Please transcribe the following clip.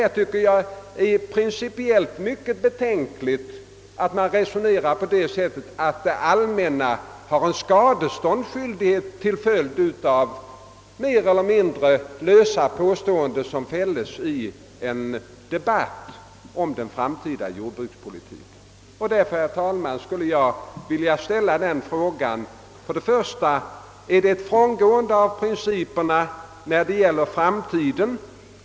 Jag tycker det är principiellt mycket betänkligt att föra det resonemanget att det allmänna har skadeståndsskyldighet för mer eller mindre lösa påståenden som fälles i en debatt om den framtida jordbrukspolitiken. Jag upprepar alltså mina frågor: Innebär ställningstagandet nu ett frångående av de förutvarande principerna?